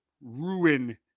ruin